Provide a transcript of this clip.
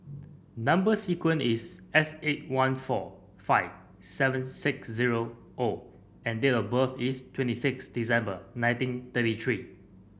number sequence is S eight one four five seven six zero O and date of birth is twenty six December nineteen thirty three